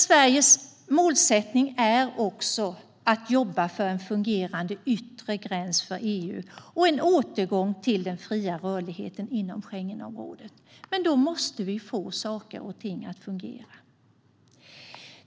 Sveriges målsättning är dock även att jobba för en fungerande yttre gräns för EU och en återgång till den fria rörligheten inom Schengenområdet, och då måste vi få saker och ting att fungera.